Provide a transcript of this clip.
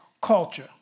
culture